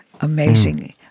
amazing